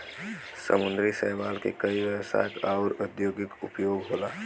समुंदरी शैवाल के कई व्यवसायिक आउर औद्योगिक उपयोग होला